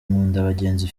nkundabagenzi